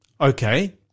Okay